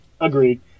Agreed